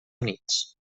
units